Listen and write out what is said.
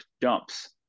dumps